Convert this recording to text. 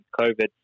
COVID